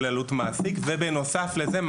עלות מעסיק ובנוסף לזה,